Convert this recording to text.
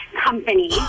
company